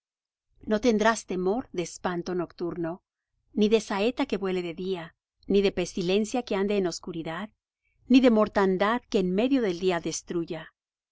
no tendrás temor de espanto nocturno ni de saeta que vuele de día ni de pestilencia que ande en oscuridad ni de mortandad que en medio del día destruya